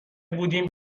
بودیم